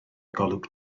golwg